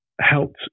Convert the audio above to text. helped